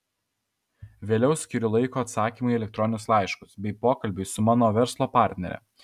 vėliau skiriu laiko atsakymui į elektroninius laiškus bei pokalbiui su mano verslo partnere